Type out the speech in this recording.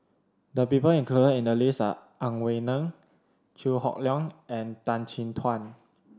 the people included in the list are Ang Wei Neng Chew Hock Leong and Tan Chin Tuan